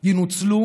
ינוצלו